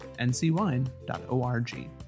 ncwine.org